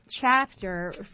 chapter